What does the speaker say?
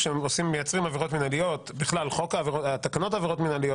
כשמייצרים עבירות מנהליות בכלל תקנות עבירות מנהליות